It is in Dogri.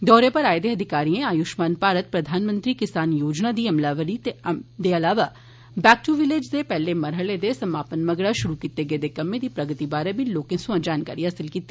दौरे उप्पर आए दे अधिकारिएं आयुशमान भारतए प्रधान मंत्री किसान योजना दी अमलावरी दे अलावा बैक टू विलेज दे पैहले मरहले दे समापन मगरा षुरू कीते गेदे कर्म्में दी प्रगति बारै बी लोकें सोयां जानकारी हासिल कीती